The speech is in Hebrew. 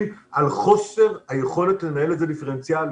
על חוסר היכולת לנהל את זה דיפרנציאלית,